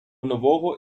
нового